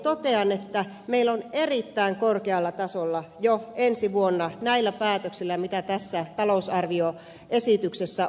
totean että meillä on erittäin korkealla tasolla jo ensi vuonna näillä päätöksillä joita tässä talousarvioesityksessä on tämä investointivolyymi